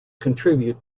contribute